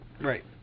Right